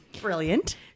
Brilliant